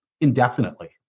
indefinitely